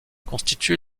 constitue